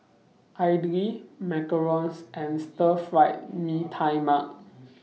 Idly Macarons and Stir Fried Mee Tai Mak